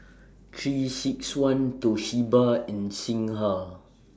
three six one Toshiba and Singha